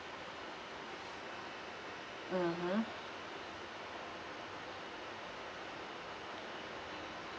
mmhmm